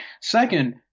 Second